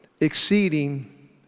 Exceeding